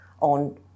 on